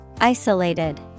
Isolated